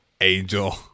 angel